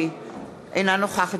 אינו נוכח חנין זועבי,